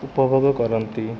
ଉପଭୋଗ କରନ୍ତି